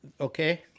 Okay